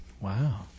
Wow